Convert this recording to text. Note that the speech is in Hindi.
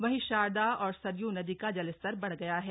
वही शारदा और सरयू नदी का जलस्तर बढ़ गया है